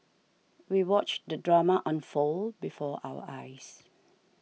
we watched the drama unfold before our eyes